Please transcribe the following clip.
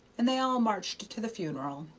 and they all marched to the funeral.